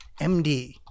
MD